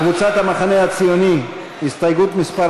קבוצת המחנה הציוני, הסתייגות מס'